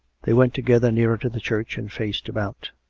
they went together nearer to the church, and faced about.